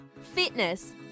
fitness